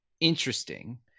Interesting